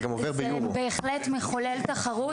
זה בהחלט מחולל תחרות.